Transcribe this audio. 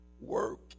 work